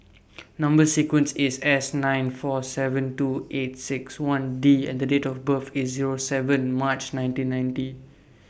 Number sequence IS S nine four seven two eight six one D and Date of birth IS Zero seven March nineteen ninety